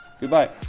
Goodbye